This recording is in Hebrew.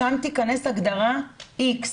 שם תיכנס הגדרה איקס.